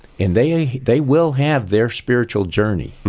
and they they will have their spiritual journey,